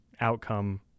outcome